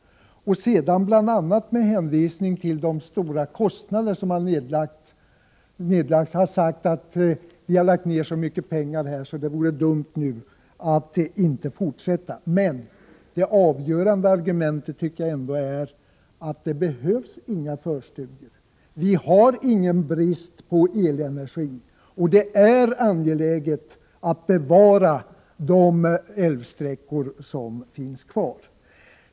Sedan har man bl.a. med hänvisning till de stora kostnader som varit förenade med arbetet sagt att så mycket pengar lagts ned att det vore dumt att inte fortsätta. Men det avgörande argumentet tycker jag ändå är att det inte behövs några förstudier. Det råder ingen brist på elenergi och det är angeläget att bevara de älvsträckor som finns kvar.